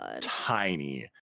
tiny